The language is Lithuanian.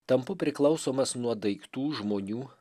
tampu priklausomas nuo daiktų žmonių